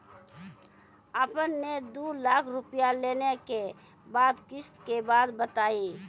आपन ने दू लाख रुपिया लेने के बाद किस्त के बात बतायी?